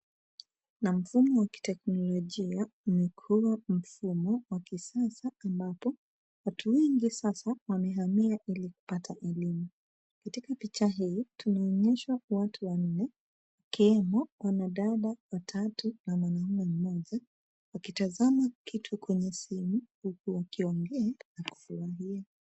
Na mfumo wa kiteknolojia umekuwa mfumo wa kisasa ambapo, watu wengi sasa wamehamia ili kupata elimu. Katika picha hii, tunaonyeshwa watu wanne, ikiwemo wanadada watatu na mwanamume mmoja, wakitazama kitu kwenye simu, huku wakiongea na kufurahia.